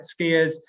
skiers